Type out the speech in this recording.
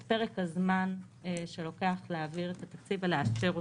את פרק הזמן שלוקח להעביר תקציב ולאשר אותו.